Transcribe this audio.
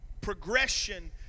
progression